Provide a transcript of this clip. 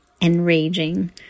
enraging